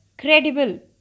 credible